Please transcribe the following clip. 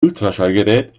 ultraschallgerät